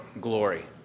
glory